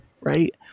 Right